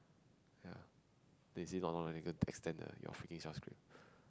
ya they see not long then go extend your freaking